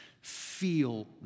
feel